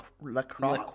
LaCroix